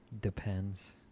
Depends